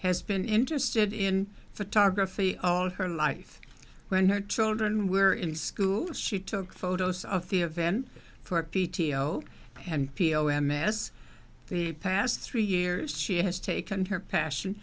has been interested in photography all her life when her children were in school she took photos of the event for p t o and p o m s the past three years she has taken her passion